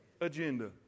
agenda